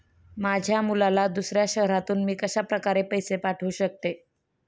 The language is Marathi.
माझ्या मुलाला दुसऱ्या शहरातून मी कशाप्रकारे पैसे पाठवू शकते?